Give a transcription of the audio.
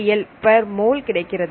631kcal per mole கிடைக்கிறது